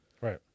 right